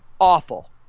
awful